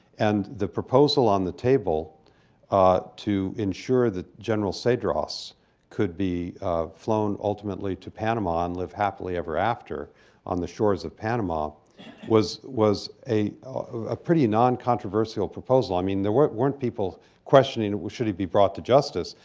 and the proposal on the table ah to ensure that general cedras could be flown ultimately to panama and live happily ever after on the shores of panama was was a ah pretty noncontroversial proposal. i mean, there weren't weren't people questioning and well, should he be brought to justice?